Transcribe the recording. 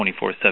24-7